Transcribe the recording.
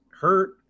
hurt